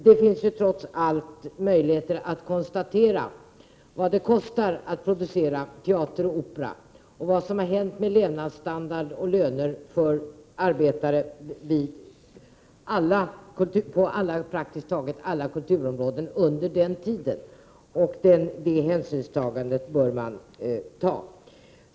Det finns trots allt möjligheter att konstatera vad det kostar att producera teater och opera och vad som har hänt med levnadsstandard och löner för arbetare på praktiskt taget alla kulturområden under samma tid. Det hänsynstagandet bör man göra.